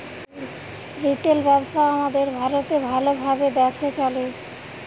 retail ব্যবসা আমাদের ভারতে ভাল ভাবে দ্যাশে চলে